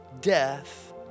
death